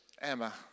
Emma